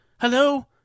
Hello